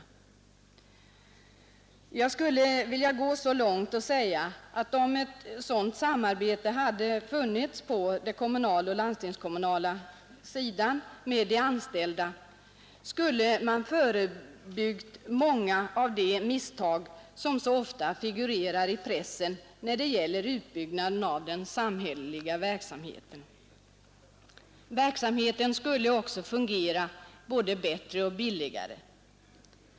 Jag skulle vilja gå så långt som att säga att om ett sådant samarbete hade funnits med de anställda på den kommunaloch landstingskommunala sidan skulle man ha förebyggt många av de misstag som så ofta figurerar i pressen när det gäller utbyggnaden av den samhälleliga verksamheten. Verksamheten skulle också fungera både bättre och billigare.